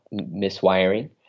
miswiring